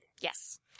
Yes